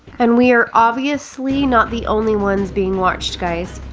and we are obviously not the only ones being watched, guys.